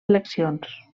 eleccions